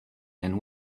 and